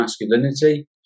masculinity